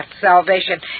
salvation